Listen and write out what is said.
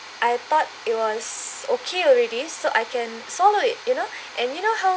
I thought it was okay already so I can swallow it you know and you know how